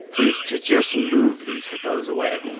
is to just move these hippos away.